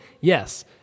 yes